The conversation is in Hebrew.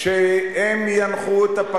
אבל שיקול הדעת שלהם מביא אותם לשלוף